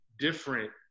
different